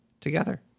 together